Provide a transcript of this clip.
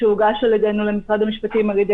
שהוגש על-ידינו למשרד המשפטים על-ידי